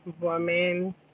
women